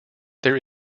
there